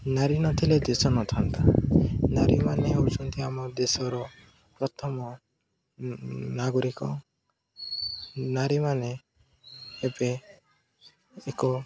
ନାରୀ ନଥିଲେ ଦେଶ ନଥାନ୍ତା ନାରୀମାନେ ହେଉଛନ୍ତି ଆମ ଦେଶର ପ୍ରଥମ ନାଗରିକ ନାରୀମାନେ ଏବେ ଏକ